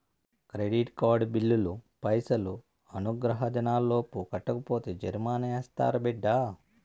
credit card బిల్లులు పైసలు అనుగ్రహ దినాలలోపు కట్టకపోతే జరిమానా యాస్తారు బిడ్డా